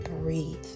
breathe